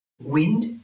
wind